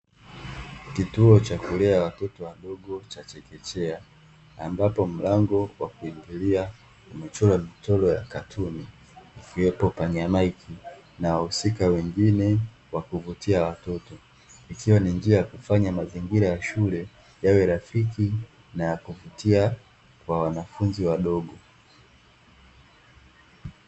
Kituo cha kulea watoto wadogo cha chekechea ambapo mlango wa kuingilia umechorwa michoro ya katuni ikiwepo panya maiki na wahusika wengine wa kuvutia watoto, ikiwa ni njia ya kufanya mazingira ya shule yawe rafiki na ya kuvutia kwa wanafunzi wadogo.